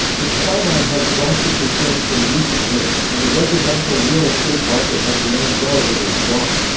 the skyline has drastically changed in recent years, and the residential real estate market has remained relatively strong.